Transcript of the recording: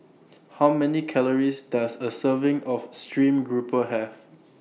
How Many Calories Does A Serving of Stream Grouper Have